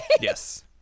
Yes